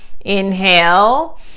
inhale